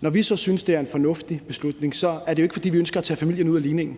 Når vi så synes, at det er en fornuftig beslutning, er det jo ikke, fordi vi ønsker at tage familien ud af ligningen,